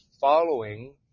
following